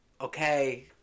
okay